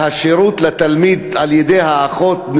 והשירות לתלמיד על-ידי האחות,